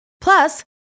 Plus